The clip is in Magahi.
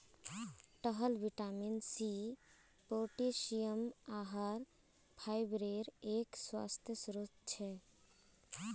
कटहल विटामिन सी, पोटेशियम, आहार फाइबरेर एक स्वस्थ स्रोत छे